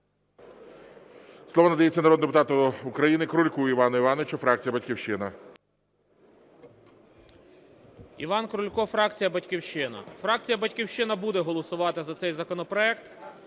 Слово надається народному депутату України Крульку Івану Івановичу, фракція "Батьківщина". 11:32:46 КРУЛЬКО І.І. Іван Крулько, фракція "Батьківщина". Фракція "Батьківщина" буде голосувати за цей законопроект,